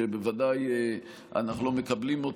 שבוודאי אנחנו לא מקבלים,